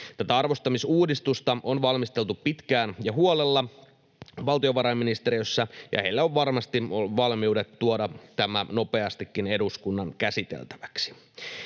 Tätä arvostamisuudistusta on valmisteltu pitkään ja huolella valtiovarainministeriössä, ja heillä on varmasti valmiudet tuoda tämä nopeastikin eduskunnan käsiteltäväksi.